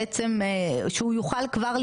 בעצם שהוא יוכל כבר,